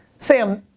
sam,